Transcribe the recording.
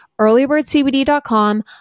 earlybirdcbd.com